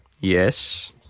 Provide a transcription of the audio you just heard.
Yes